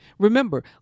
Remember